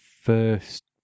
first